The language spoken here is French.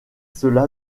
cela